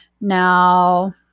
Now